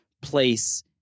place